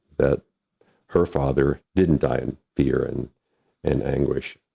that her father didn't die in fear and and anguish,